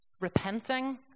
repenting